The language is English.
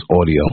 audio